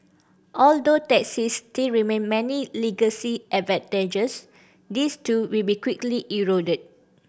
although taxis still retain many legacy advantages these too will be quickly eroded